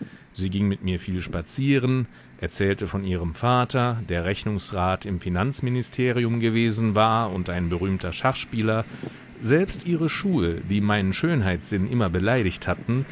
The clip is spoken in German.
sie ging mit mir viel spazieren erzählte von ihrem vater der rechnungsrat im finanzministerium gewesen war und ein berühmter schachspieler selbst ihre schuhe die meinen schönheitssinn immer beleidigt hatten